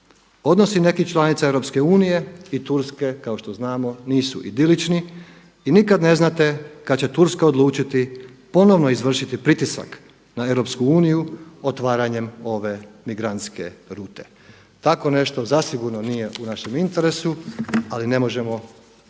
Odnosi nekih članica EU i Turske kao što znamo nisu idilični i nikad ne znate kada će Turska odlučiti ponovno izvršiti pritisak na EU otvaranjem ove migrantske rute. Tako nešto zasigurno nije u našem interesu, ali ne možemo